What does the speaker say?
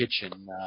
Kitchen